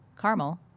caramel